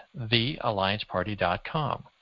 theallianceparty.com